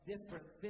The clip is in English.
Different